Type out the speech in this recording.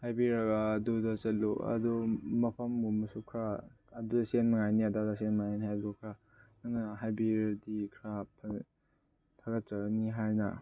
ꯍꯥꯏꯕꯤꯔꯒ ꯑꯗꯨꯗ ꯆꯠꯂꯨ ꯑꯗꯨ ꯃꯐꯝꯒꯨꯝꯕꯁꯨ ꯈꯔ ꯑꯗꯨ ꯁꯦꯝꯅꯤꯡꯉꯥꯏꯅꯦ ꯑꯗꯥꯗ ꯁꯦꯝꯅꯤꯡꯉꯥꯏꯅꯦ ꯍꯥꯏꯕꯗꯨ ꯈꯔ ꯅꯪꯅ ꯍꯥꯏꯕꯤꯔꯗꯤ ꯈꯔ ꯊꯥꯒꯠꯆꯒꯅꯤ ꯍꯥꯏꯅ